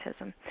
autism